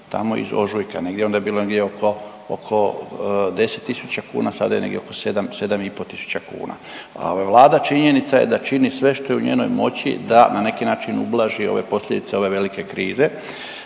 tamo iz ožujka, negdje je onda bila oko 10.000 kuna, sada je negdje oko sedam, 7,5 tisuća kuna. A vlada činjenica je da čini sve što je u njenoj moći da na neki način ublaži ove posljedice ove velike krize,